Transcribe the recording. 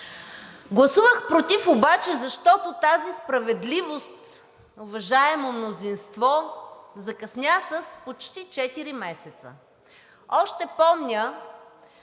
Гласувах против обаче, защото тази справедливост, уважаемо мнозинство, закъсня с почти четири месеца. Още помня